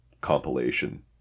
compilation